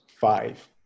five